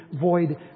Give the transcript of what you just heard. void